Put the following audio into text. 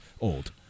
old